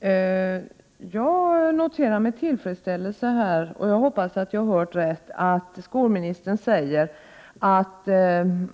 Herr talman! Jag noterar med tillfredsställelse — jag hoppas att jag har hört rätt — att skolministern säger att